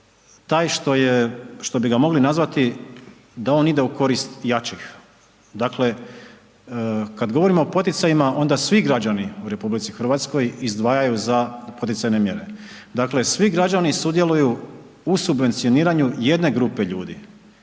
taj što bi ga mogli nazvati da on ide u korist jačeg. Dakle, kad govorimo o poticajima, onda svi građani u RH izdvajaju za poticajne mjere, dakle, svi građani sudjeluju u subvencioniranju jedne grupe ljudi,